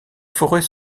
forêts